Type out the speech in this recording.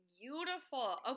Beautiful